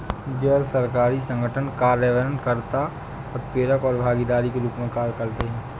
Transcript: गैर सरकारी संगठन कार्यान्वयन कर्ता, उत्प्रेरक और भागीदार के रूप में कार्य करते हैं